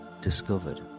discovered